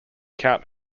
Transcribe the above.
count